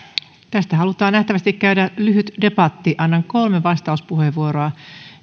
tästä halutaan nähtävästi käydä lyhyt debatti annan kolme vastauspuheenvuoroa